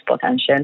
potential